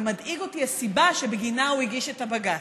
ומדאיגה אותי הסיבה שבגינה הוא הגיש את הבג"ץ,